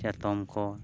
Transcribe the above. ᱪᱟᱛᱚᱢ ᱠᱚ